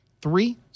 three